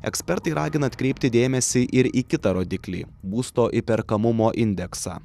ekspertai ragina atkreipti dėmesį ir į kitą rodiklį būsto įperkamumo indeksą